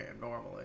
normally